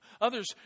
Others